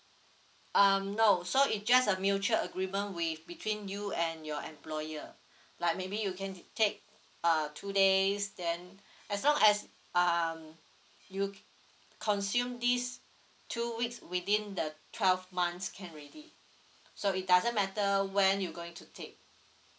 um no so it just a mutual agreement with between you and your employer like maybe you can take uh two days then as long as um you consume these two weeks within the twelve months can already so it doesn't matter when you going to take